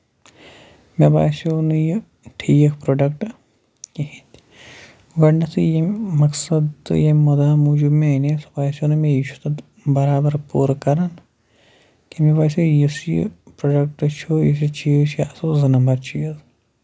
مےٚ باسیو نہٕ یہِ ٹھیٖک پروڈَکٹ کِہینۍ تہِ گۄڈٕنیتھٕے ییٚمہِ مقصد تہٕ ییٚمہِ مُدا موٗجوٗب مےٚ اَنے سُہ باسیو نہٕ مےٚ یہِ چھُ تَتھ برابر پوٗرٕ کران کہِ ویسے یُس یہِ پروجیکٹ چھُ یہِ چیٖز چھُ آسان زٕ نَمبر